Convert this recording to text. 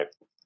right